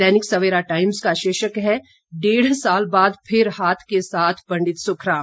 दैनिक Savera Times का शीर्षक है डेढ़ साल बाद फिर हाथ के साथ पंडित सुखराम